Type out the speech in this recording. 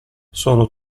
solo